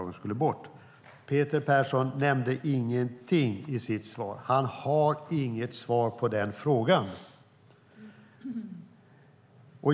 Peter Persson nämnde ingenting om det i sitt anförande. Han har inget svar på den frågan.